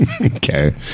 Okay